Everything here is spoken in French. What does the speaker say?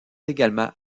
également